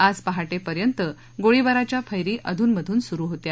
आज पहा विर्यंत गोळीबाराच्या फैरी अधूनमधून सुरु होत्या